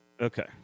Okay